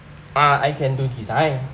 uh I can do design